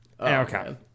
Okay